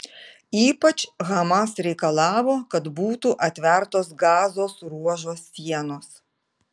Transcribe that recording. ypač hamas reikalavo kad būtų atvertos gazos ruožo sienos